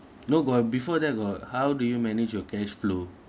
no got before that got how do you manage your cash flow